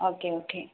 okay okay